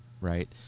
right